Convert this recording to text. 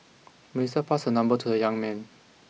Melissa passed her number to the young man